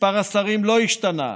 מספר השרים לא השתנה.